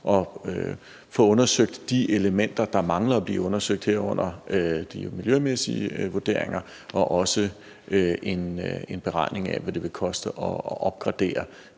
at få undersøgt de elementer, der mangler at blive undersøgt, herunder de miljømæssige vurderinger, og også en beregning af, hvad det vil koste at opgradere